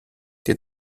der